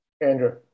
Andrew